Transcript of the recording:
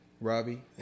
Robbie